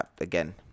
again